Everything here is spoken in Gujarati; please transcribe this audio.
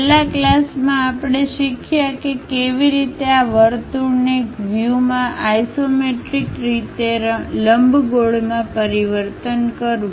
છેલ્લા ક્લાસમાં આપણે શીખ્યા છે કે કેવી રીતે આ વર્તુળને એક વ્યૂ માં આઇસોમેટ્રિક રીતે લંબગોળમાં પરિવર્તન કરવું